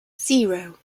zero